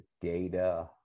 data